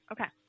Okay